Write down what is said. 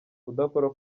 kudakora